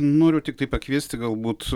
noriu tiktai pakviesti galbūt